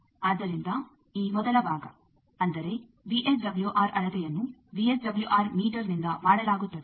ಆದ್ದರಿಂದ ಈ ಮೊದಲ ಭಾಗ ಅಂದರೆ ವಿಎಸ್ಡಬ್ಲ್ಯೂಆರ್ ಅಳತೆಯನ್ನು ವಿಎಸ್ಡಬ್ಲ್ಯೂಆರ್ ಮೀಟರ್ ನಿಂದ ಮಾಡಲಾಗುತ್ತದೆ